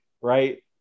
right